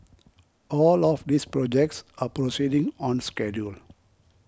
all of these projects are proceeding on schedule